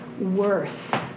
worth